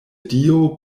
dio